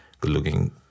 good-looking